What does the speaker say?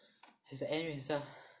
it's the end result